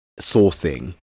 sourcing